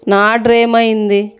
నా ఆర్డర్ ఏమైంది